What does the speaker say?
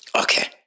Okay